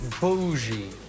bougie